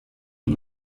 und